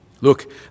Look